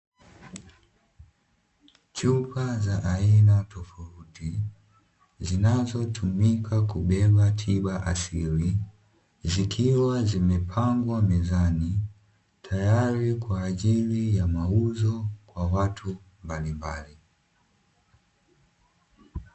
Chupa za aina tofauti zinazotumika kubeba tiba asili, zikiwa zimepangwa mezani, tayari kwa ajili ya mauzo kwa watu mbalimbali.